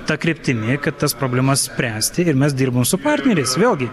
ta kryptimi kad tas problemas spręsti ir mes dirbam su partneriais vėlgi